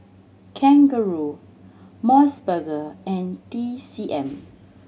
kangaroo Mos Burger and T C M